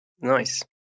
Nice